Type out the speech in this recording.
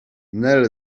nel